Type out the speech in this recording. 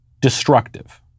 destructive